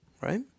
right